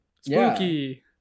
spooky